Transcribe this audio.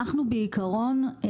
בעקרון,